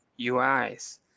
UIs